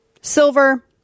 Silver